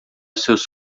seus